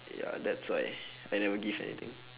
ya that's why I never give anything